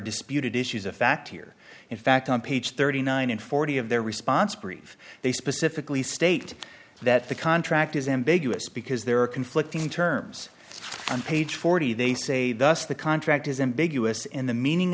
disputed issues of fact here in fact on page thirty nine and forty of their response brief they specifically state that the contract is ambiguous because there are conflicting terms on page forty they say thus the contract is ambiguous in the meaning